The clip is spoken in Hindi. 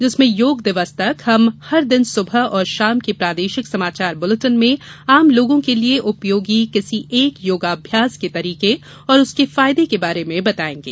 जिसमें योग दिवस तक हम हर दिन सुबह और शाम के प्रादेशिक समाचार बुलेटिन में आम लोगों के लिए उपयोगी किसी एक योगाभ्यास के तरीके और उसके फायदे के बारे में बताएंगे